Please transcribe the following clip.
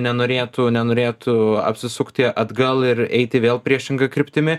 nenorėtų nenorėtų apsisukti atgal ir eiti vėl priešinga kryptimi